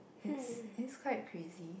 it's it's quite crazy